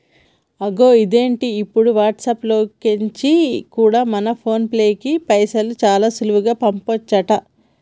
అగొ ఇదేంది ఇప్పుడు వాట్సాప్ లో కెంచి కూడా మన ఫోన్ పేలోకి పైసలు చాలా సులువుగా పంపచంట